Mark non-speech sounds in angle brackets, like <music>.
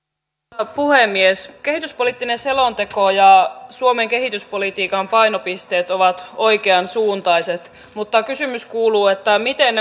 arvoisa puhemies kehityspoliittinen selonteko ja suomen kehityspolitiikan painopisteet ovat oikean suuntaiset mutta kysymys kuuluu miten <unintelligible>